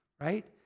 right